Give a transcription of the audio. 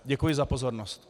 Děkuji za pozornost.